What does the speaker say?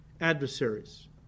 adversaries